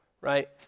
right